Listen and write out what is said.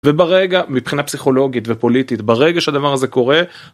וברגע, מבחינה פסיכולוגית ופוליטית, ברגע שהדבר הזה קורה.